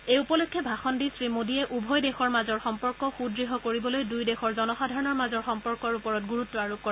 এই উপলক্ষে ভাষণ দি শ্ৰীমোডীয়ে উভয় দেশৰ মাজৰ সম্পৰ্ক সূদঢ় কৰিবলৈ দুয়োদেশৰ জনসাধাৰণৰ মাজত সম্পৰ্কৰ ওপৰতগুৰুত্ব আৰোপ কৰে